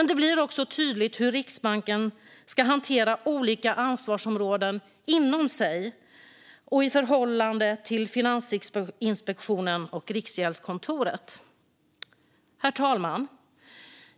Det blir också tydligt hur Riksbanken ska hantera olika ansvarsområden inom sig och i förhållande till Finansinspektionen och Riksgäldskontoret. Herr talman!